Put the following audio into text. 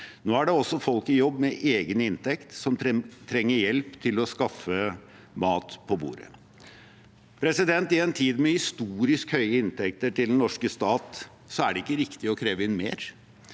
Nå er det også folk i jobb med egen inntekt som trenger hjelp til å skaffe mat på bordet. I en tid med historisk høye inntekter til den norske stat er det ikke riktig å kreve inn mer,